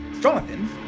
Jonathan